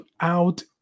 out